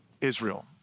Israel